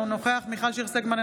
אינו נוכח מיכל שיר סגמן,